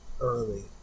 early